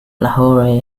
lahore